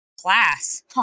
Class